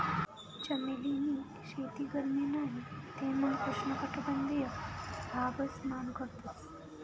चमेली नी शेती गरमी नाही ते मंग उष्ण कटबंधिय भागस मान करतस